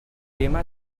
aima